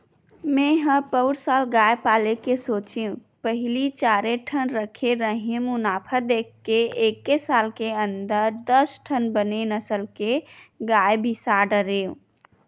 मेंहा पउर साल गाय पाले के सोचेंव पहिली चारे ठन रखे रेहेंव मुनाफा देख के एके साल के अंदर दस ठन बने नसल के गाय बिसा डरेंव